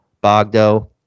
Bogdo